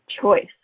choice